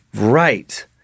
Right